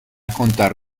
contar